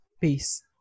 peace